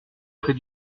près